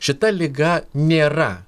šita liga nėra